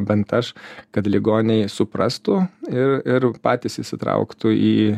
bent aš kad ligoniai suprastų ir ir patys įsitrauktų į